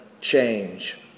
change